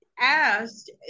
asked